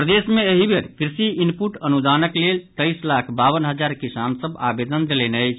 प्रदेश मे एहि बेर कृषि इनपुट अनुदानक लेल तेईस लाख बावन हजार किसान सभ आवेदन देलनि अछि